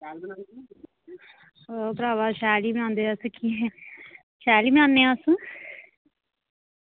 ओह् भरावा शैल ही बनांदे अस के शैल ही बनाने आं अस